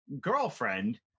girlfriend